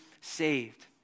saved